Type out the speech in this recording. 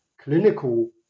clinical